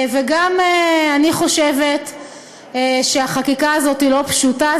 וגם אני חושבת שהחקיקה הזאת לא פשוטה.